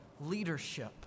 leadership